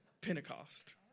Pentecost